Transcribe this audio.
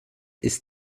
ist